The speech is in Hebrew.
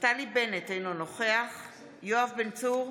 נפתלי בנט, אינו נוכח יואב בן צור,